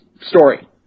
story